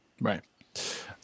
Right